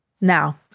Now